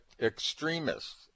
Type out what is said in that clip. extremists